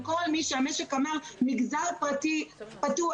לכל מי שהמשק אמר: מגזר פרטי פתוח.